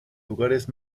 lugares